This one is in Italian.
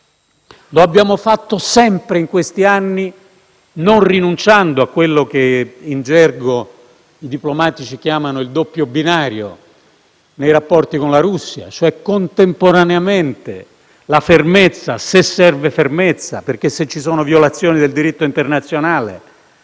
Lo abbiamo fatto sempre in questi anni, non rinunciando a quello che, in gergo, i diplomatici chiamano il doppio binario nei rapporti con la Russia: contemporaneamente la fermezza, se serve fermezza (perché, se ci sono violazioni del diritto internazionale